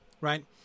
right